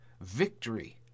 Victory